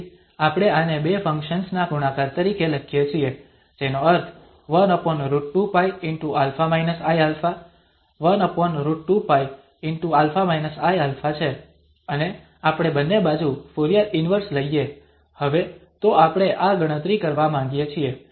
તેથી આપણે આને બે ફંક્શન્સ ના ગુણાકાર તરીકે લખીએ છીએ જેનો અર્થ 1√2π✕α iα 1√2π✕α iα છે અને આપણે બંને બાજુ ફુરીયર ઇન્વર્સ લઈએ હવે તો આપણે આ ગણતરી કરવા માંગીએ છીએ